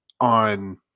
on